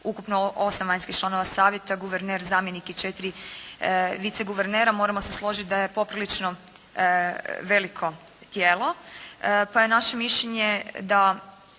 ukupno 8 vanjskih članova savjeta, guverner, zamjenik i 4 viceguvernera. Moramo se složiti da je poprilično da veliko tijelo, pa je naše mišljenje da